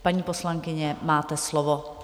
Paní poslankyně, máte slovo.